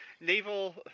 naval